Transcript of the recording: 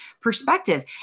perspective